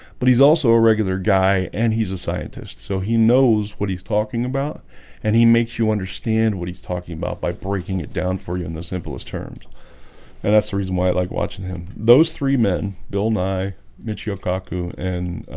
but he's also a regular guy, and he's a scientist so he knows what he's talking about and he makes you understand what he's talking about by breaking it down for you in the simplest terms and that's the reason why i like watching him those three men bill. nye michio kaku and